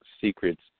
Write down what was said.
secrets